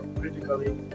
critically